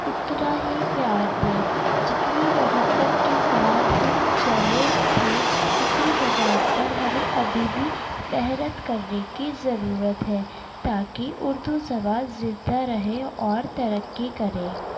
اتنا ہی پیار دیں جتنی محبت کے ساتھ ہم چلے تھے اسی زبان پر ہمیں ابھی بھی محنت کرنے کی ضرورت ہے تاکہ اردو زبان زندہ رہے اور ترقی کرے